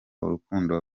urukundo